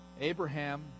abraham